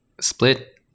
split